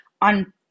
on